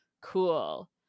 cool